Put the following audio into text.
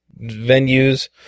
venues